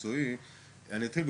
באור יהודה, אתם יודעים למה?